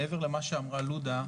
מעבר למה שאמרה לודה,